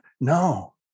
no